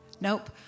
nope